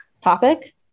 topic